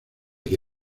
que